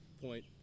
point